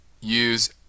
use